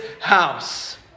house